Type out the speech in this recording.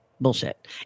Bullshit